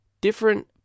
different